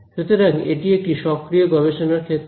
সুতরাং এটি একটি সক্রিয় গবেষণার ক্ষেত্র